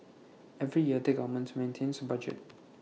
every year the government maintains A budget